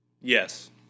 Yes